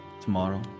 tomorrow